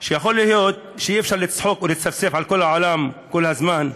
שיכול להיות שאי-אפשר לצחוק או לצפצף על כל העולם כל הזמן,